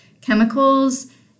chemicals